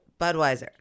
Budweiser